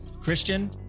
Christian